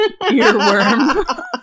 earworm